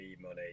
money